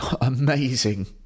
Amazing